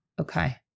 Okay